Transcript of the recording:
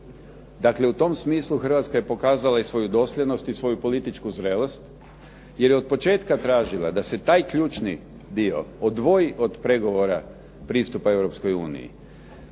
Dakle, u tom smislu Hrvatska je pokazala i svoju dosljednost i svoju političku zrelost jer je od početka tražila da se taj ključni dio odvoji od pregovora pristupa